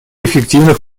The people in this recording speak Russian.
эффективных